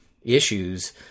issues